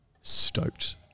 stoked